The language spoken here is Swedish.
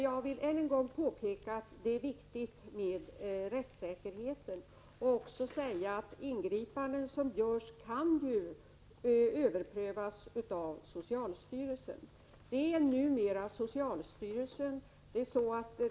Jag vill än en gång påpeka att det är viktigt med rättssäkerhet och även säga att ingripanden som görs kan överprövas av socialstyrelsen.